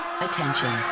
attention